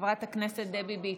חברת הכנסת דבי ביטון,